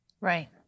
Right